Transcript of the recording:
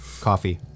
coffee